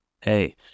hey